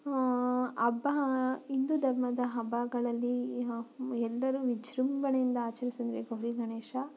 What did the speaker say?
ಹಬ್ಬ ಹಿಂದು ಧರ್ಮದ ಹಬ್ಬಗಳಲ್ಲಿ ಎಲ್ಲರೂ ವಿಜೃಂಭಣೆಯಿಂದ ಆಚರಿಸಂದರೆ ಗೌರಿ ಗಣೇಶ